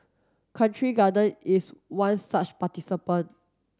Country Garden is one such participant